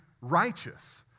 righteous